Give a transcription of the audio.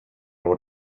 och